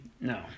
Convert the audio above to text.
No